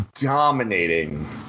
Dominating